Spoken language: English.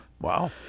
Wow